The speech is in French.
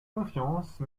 confiance